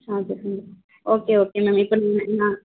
ஆ okay ம் okay okay ma'am இப்போ நான்